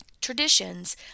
traditions